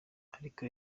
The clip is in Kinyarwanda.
ariko